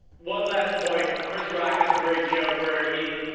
one last point, chris rock has a great joke where he,